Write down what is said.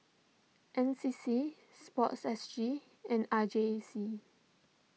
N C C Sport S G and R J C